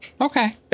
Okay